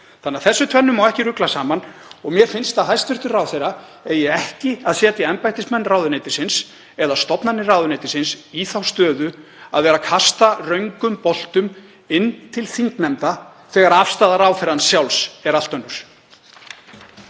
tíma. Þessu tvennu má ekki rugla saman og mér finnst að hæstv. ráðherra eigi ekki að setja embættismenn ráðuneytisins eða stofnanir ráðuneytisins í þá stöðu að vera að kasta röngum boltum inn til þingnefnda þegar afstaða ráðherrans sjálfs er allt önnur.